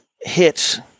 hits